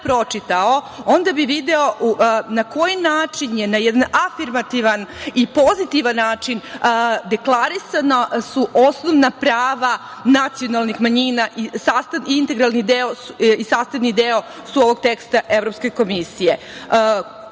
onda bi video na koji način je, na jedan afirmativan i pozitivan način, deklarisana osnovna prava nacionalnih manjina i sastavni su deo ovog teksta Evropske